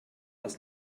das